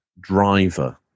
Driver